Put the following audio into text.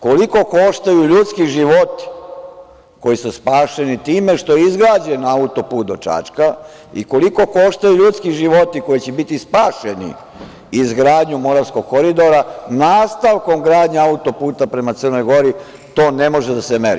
Koliko koštaju ljudski životi koji su spašeni time što je izgrađen auto-put do Čačka i koliko koštaju ljudski životi koji će biti spašeni izgradnjom Moravskog koridora, nastavkom gradnje auto-puta prema Crnoj Gori, to ne može da se meri.